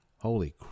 holy